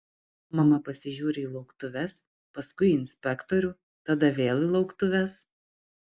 mama pasižiūri į lauktuves paskui į inspektorių tada vėl į lauktuves